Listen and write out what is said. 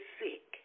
sick